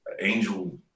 angel